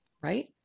right